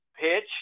pitch